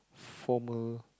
formal